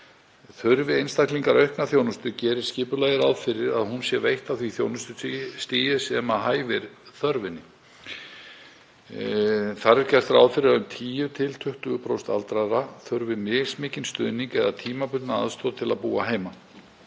Þurfi einstaklingar aukna þjónustu gerir skipulagið ráð fyrir að hún sé veitt á því þjónustustigi sem hæfir þörfinni. Þar er gert ráð fyrir að um 10–20% aldraðra þurfi mismikinn stuðning eða tímabundna aðstoð til að búa heima.